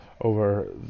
over